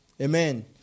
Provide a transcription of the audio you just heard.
Amen